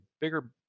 bigger